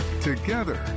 Together